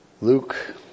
Luke